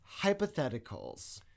hypotheticals